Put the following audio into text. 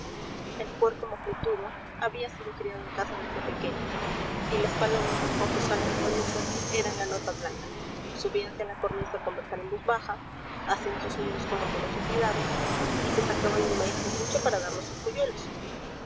el puerco mofletudo había sido criado en casa desde pequeño y las palomas con sus alas de abanico eran la nota blanca subíanse a la cornisa a conversar en voz baja hacían sus nidos con amoroso cuidado y se sacaban el maíz del buche para darlo a